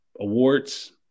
awards